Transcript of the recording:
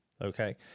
okay